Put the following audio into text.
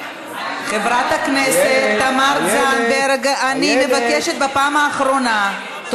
חברת הכנסת תמר זנדברג, אני מבקשת בפעם האחרונה.